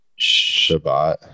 Shabbat